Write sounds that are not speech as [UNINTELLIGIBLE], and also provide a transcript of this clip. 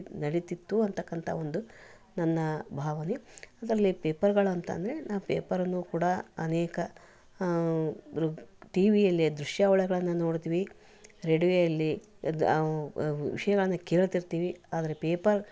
ನಡೀತಿತ್ತು ಅನ್ನತಕ್ಕಂಥ ಒಂದು ನನ್ನ ಭಾವನೆ ಅದರಲ್ಲಿ ಪೇಪರ್ಗಳಂತ ಅಂದ್ರೆ ನಾನು ಪೇಪರನ್ನು ಕೂಡ ಅನೇಕ ಟಿವಿಯಲ್ಲಿ ದೃಶ್ಯಾವಳಿಗಳನ್ನು ನೋಡ್ತೀವಿ ರೇಡಿಯೋದಲ್ಲಿ [UNINTELLIGIBLE] ವಿಷಯಗಳನ್ನು ಕೇಳ್ತಿರ್ತೀವಿ ಆದರೆ ಪೇಪರ್